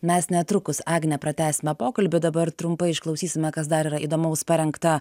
mes netrukus agne pratęsime pokalbį dabar trumpai išklausysime kas dar yra įdomaus parengta